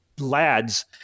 lads